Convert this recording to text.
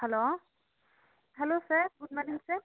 hello hello sir good morning sir